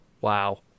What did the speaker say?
Wow